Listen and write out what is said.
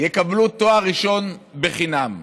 יקבלו תואר ראשון בחינם?